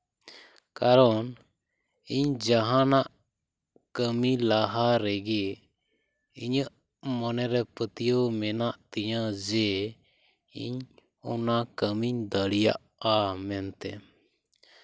ᱠᱟᱨᱚᱱ ᱤᱧ ᱡᱟᱦᱟᱱᱟᱜ ᱠᱟᱹᱢᱤ ᱞᱟᱦᱟ ᱨᱮᱜᱮ ᱤᱧᱟᱹᱜ ᱢᱚᱱᱮ ᱨᱮ ᱯᱟᱹᱛᱭᱟᱹᱣ ᱢᱮᱱᱟᱜ ᱛᱤᱧᱟᱹ ᱡᱮ ᱤᱧ ᱚᱱᱟ ᱠᱟᱹᱢᱤᱧ ᱫᱟᱲᱮᱭᱟᱜᱼᱟ ᱢᱮᱱᱛᱮ